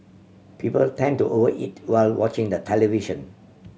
people tend to over eat while watching the television